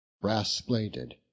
Brass-bladed